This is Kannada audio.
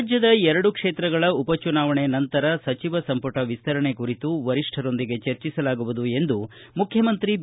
ರಾಜ್ಯದ ಎರಡು ಕ್ಷೇತ್ರಗಳ ಉಪಚುನಾವಣೆ ನಂತರ ಸಚಿವ ಸಂಪುಟ ವಿಸ್ತರಣೆ ಕುರಿತು ವರಿಷ್ಠರೊಂದಿಗೆ ಚರ್ಚಿಸಲಾಗುವುದು ಎಂದು ಮುಖ್ಲಮಂತ್ರಿ ಬಿ